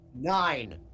Nine